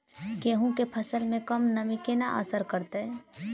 गेंहूँ केँ फसल मे कम नमी केना असर करतै?